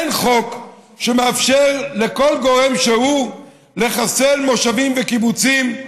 אין חוק שמאפשר לכל גורם שהוא לחסל מושבים וקיבוצים,